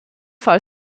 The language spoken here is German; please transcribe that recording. fall